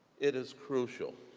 it is crucial